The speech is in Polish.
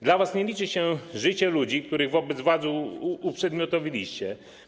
Dla was nie liczy się życie ludzi, których wobec władzy uprzedmiotowiliście.